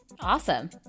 Awesome